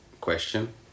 question